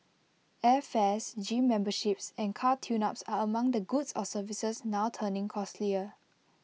airfares gym memberships and car tuneups are among the goods or services now turning costlier